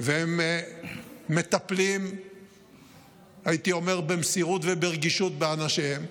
והם מטפלים במסירות וברגישות באנשיהם,